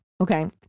okay